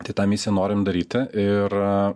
tai tą misiją norim daryti ir